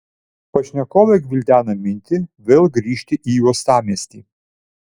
pašnekovė gvildena mintį vėl grįžti į uostamiestį